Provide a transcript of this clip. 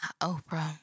Oprah